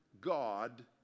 God